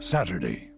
Saturday